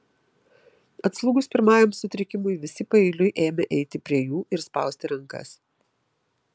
atslūgus pirmajam sutrikimui visi paeiliui ėmė eiti prie jų ir spausti rankas